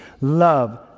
love